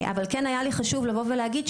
אבל כן היה לי חשוב לבוא ולהגיד,